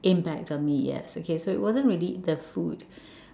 impact on me yes okay so it wasn't really the food